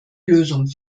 lösung